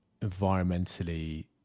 environmentally